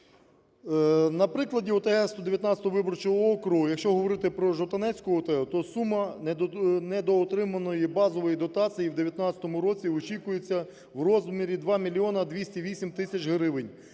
На прикладі ОТГ 119-го виборчого округу, якщо говорити про Жовтанецьку ОТГ, то сума недоотриманої базової дотації в 2019 році очікується в розмірі 2 мільйони 208 тисяч